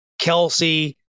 Kelsey